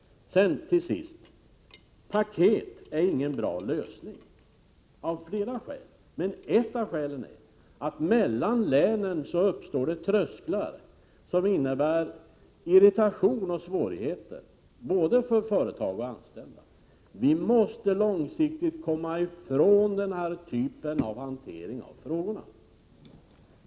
Paket är ingen bra lösning, av flera skäl. Ett av skälen är att det mellan länen uppstår trösklar som medför irritation och svårigheter, både för företag och för anställda. Denna typ av hantering av frågorna måste långsiktigt upphöra.